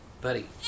Buddy